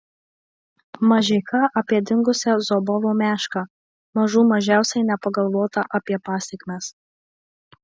mažeika apie dingusią zobovo mešką mažų mažiausiai nepagalvota apie pasekmes